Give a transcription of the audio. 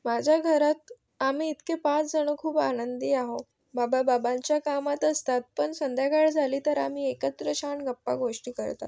माझ्या घरात आम्ही इतके पाच जण खूप आनंदी आहोत बाबा बाबांच्या कामात असतात पण संध्याकाळ झाली तर आम्ही एकत्र छान गप्पागोष्टी करतात